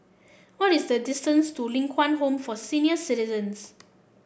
what is the distance to Ling Kwang Home for Senior Citizens